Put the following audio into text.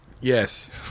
yes